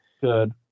good